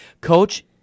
Coach